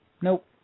Nope